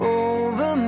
over